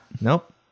Nope